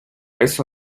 eso